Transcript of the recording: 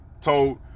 told